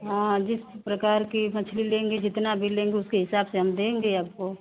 हाँ जिस प्रकार की मछली लेंगी जितना भी लेंगी उसके हिसाब से हम देंगे आपको